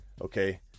okay